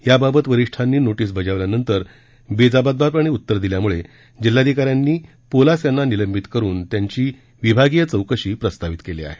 याबाबत वरिष्ठांनी नोटीस बजावल्यानंतर बेजबाबदारपणे उतर दिल्यामुळे जिल्हाधिकाऱ्यांनी पोलास यांना निलंबित करून त्यांची विभागीय चौकशी प्रस्तावित केली आहे